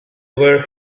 were